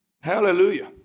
Hallelujah